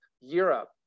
Europe